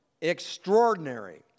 extraordinary